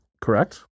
Correct